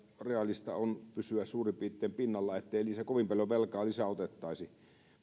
reaalista on pysyä suurin piirtein pinnalla ettei kovin paljon velkaa lisää otettaisi